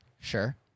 Sure